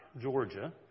Georgia